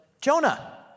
Jonah